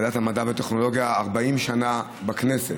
ועדת המדע והטכנולוגיה, 40 שנה בכנסת,